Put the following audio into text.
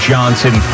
Johnson